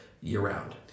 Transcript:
year-round